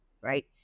Right